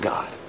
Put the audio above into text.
God